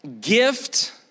gift-